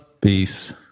Peace